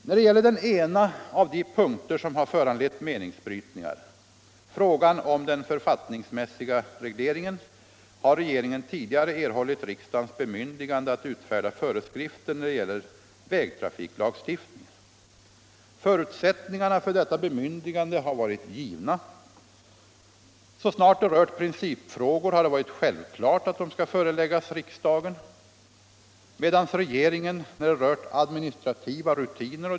När det gäller den ena av de punkter som har föranlett meningsbrytningar — frågan om den författningsmässiga regleringen — har regeringen tidigare erhållit riksdagens bemyndigande att utfärda föreskrifter när det gäller vägtrafiklagstiftningen. Förutsättningarna för detta bemyndigande har varit givna. Så snart det rört principfrågor har det varit självklart att de skall föreläggas riksdagen, medan regeringen, när det rört administrativa rutiner o.